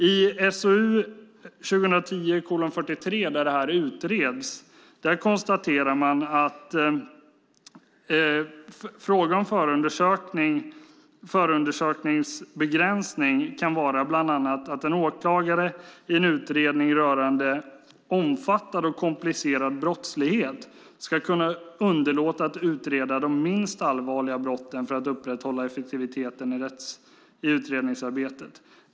Detta utreds i SOU 2010:43 och man konstaterar att fråga om förundersökningsbegränsning kan vara bland annat att en åklagare i en utredning rörande omfattande och komplicerad brottslighet ska kunna underlåta att utreda de minst allvarliga brotten för att upprätthålla effektiviteten i utredningsarbetet.